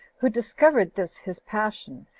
who discovered this his passion,